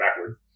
backward